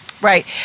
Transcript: Right